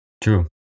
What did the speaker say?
True